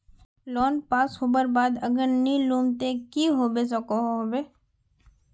Loan पास होबार बाद अगर नी लुम ते की होबे सकोहो होबे?